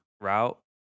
route